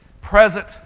present